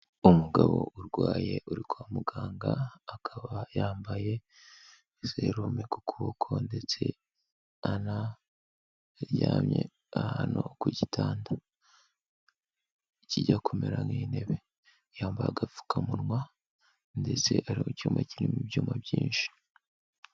Umugabo urwaye uri kwa muganga akaba yambaye serumu ku ku kuboko ndetse anaryamye ahantu ku gitanda kijya kumera nk'intebe. Yambaye agapfukamunwa ndetse ari mu icyumba kirimo ibyuma byinshi.